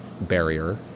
barrier